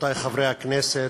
רבותי חברי הכנסת,